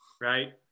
Right